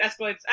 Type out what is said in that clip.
escalates